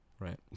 Right